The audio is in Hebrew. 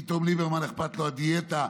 פתאום ליברמן, אכפת לו הדיאטה,